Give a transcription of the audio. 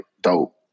dope